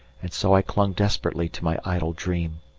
and so i clung desperately to my idle dream.